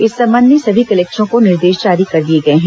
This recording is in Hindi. इस संबंध में सभी कलेक्टरों को निर्देश जारी कर दिए गए हैं